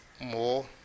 more